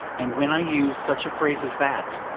and when i use such a phrase as that,